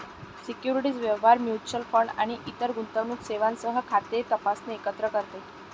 securities व्यवहार, mutual fund आणि इतर गुंतवणूक सेवांसह खाते तपासणे एकत्र करते